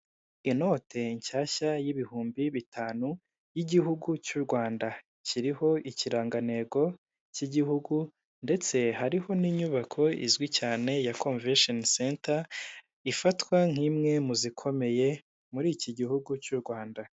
Inote nshyashya y'ibihumbi bitanu y'igihugu cy' u Rwanda kiriho ikirangantego k'igihugu ndetse hariho n'inyubako izwi cyane ya komveshoni senta ifatwa nk'imwe mu zikomeye muri iki gihugu cy 'u Rwanda.